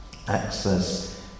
Access